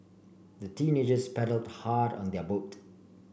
the teenagers paddled hard on their boat